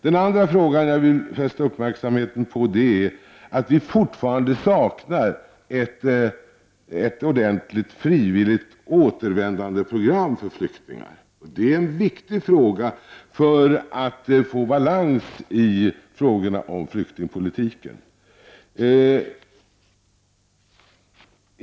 Den andra fråga som jag vill fästa uppmärksamheten på är att det fortfarande saknas ett ordentligt frivilligt återvändandeprogram för flyktingar. Det är viktigt för att få balans i frågorna om flyktingpolitiken.